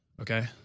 okay